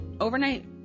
Overnight